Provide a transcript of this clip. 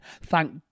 thank